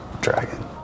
Dragon